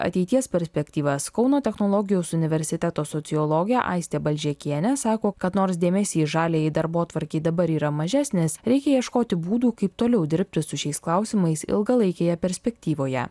ateities perspektyvas kauno technologijos universiteto sociologė aistė balžekienė sako kad nors dėmesys žaliajai darbotvarkei dabar yra mažesnis reikia ieškoti būdų kaip toliau dirbti su šiais klausimais ilgalaikėje perspektyvoje